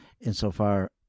insofar